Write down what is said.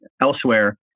elsewhere